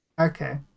Okay